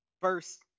first